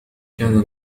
كان